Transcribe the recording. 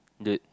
dude